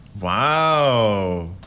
Wow